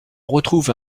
retrouve